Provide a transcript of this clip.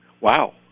wow